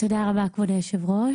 תודה רבה כבוד היושב-ראש